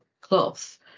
cloth